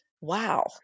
wow